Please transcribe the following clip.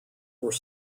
were